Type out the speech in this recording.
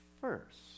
first